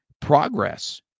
progress